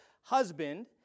husband